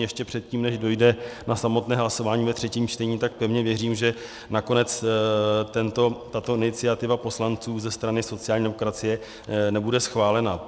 Ještě předtím, než dojde na samotné hlasování ve třetím čtení, tak pevně věřím, že nakonec tato iniciativa poslanců ze strany sociální demokracie nebude schválena.